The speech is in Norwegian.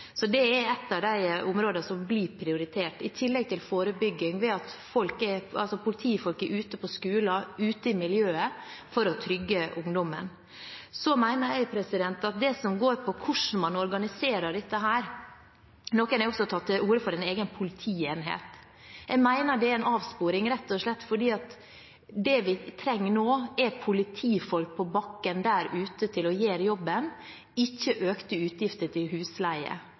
Det er et av områdene som blir prioritert, i tillegg til forebygging som skjer ved at politifolk er ute på skoler og ute i miljøet for å trygge ungdommen. Så til spørsmålet om hvordan man skal organisere dette: Noen har tatt til orde for en egen politienhet, men jeg mener det er en avsporing, rett og slett fordi det vi trenger nå, er politifolk til å gjøre jobben der ute på bakken – ikke økte utgifter til husleie.